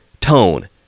tone